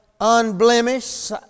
unblemished